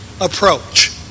approach